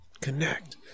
Connect